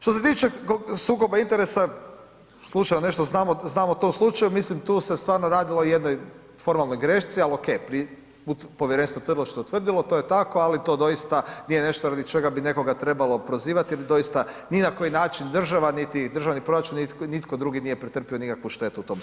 Što se tiče sukoba interesa, slučajno nešto znam o tom slučaju, mislim tu se stvarno o jednoj formalnoj grešci, al okej, povjerenstvo je utvrdilo što je utvrdilo, to je tako, ali to doista nije nešto radi čega bi nekoga trebalo prozivati jer doista ni na koji način država, niti državni proračun, ni nitko drugi nije pretrpio nikakvu štetu u tom slučaju.